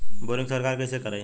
Boring सरकार कईसे करायी?